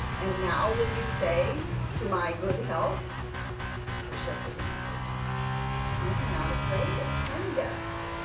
and now will you say to my good health but the shepherd answered i am not afraid of ten deaths!